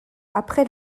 après